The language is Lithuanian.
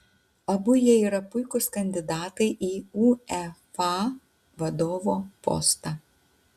abu jie yra puikūs kandidatai į uefa vadovo postą